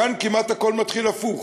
כאן כמעט הכול מתחיל הפוך.